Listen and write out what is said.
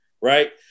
right